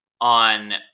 on